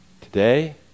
today